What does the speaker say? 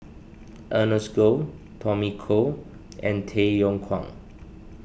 Ernest Goh Tommy Koh and Tay Yong Kwang